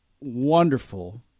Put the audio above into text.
wonderful